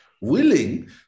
willing